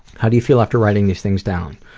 how do you feel after writing these things down?